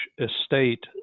estate